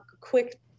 quick